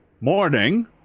morning